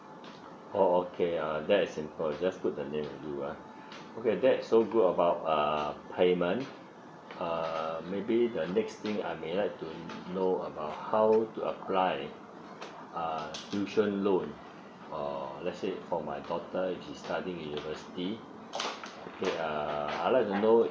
oh okay uh that is simple just put the name will do ah okay that is so good about um payment uh maybe the next thing I may like to know about how to apply uh tuition loan uh let's say for my daughter which is studying in university okay uh I like to know